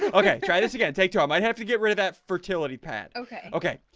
ah okay try this again take two i might have to get rid of that fertility pad okay, okay,